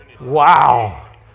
Wow